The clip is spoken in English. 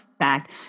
fact